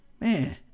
man